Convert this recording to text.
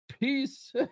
peace